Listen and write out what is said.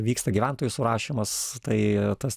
vyksta gyventojų surašymas tai tas